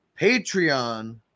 Patreon